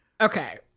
Okay